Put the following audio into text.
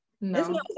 no